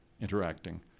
interacting